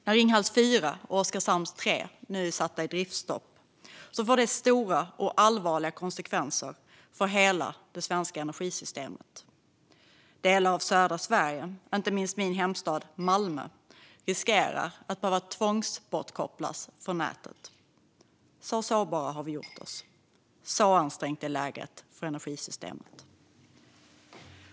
När Ringhals 4 och Oskarshamn 3 nu är satta i driftsstopp får det stora och allvarliga konsekvenser för hela det svenska energisystemet. Delar av södra Sverige, inte minst min hemstad Malmö, riskerar att behöva tvångsbortkopplas från nätet - så sårbara har vi gjort oss, och så ansträngt är läget för energisystemet.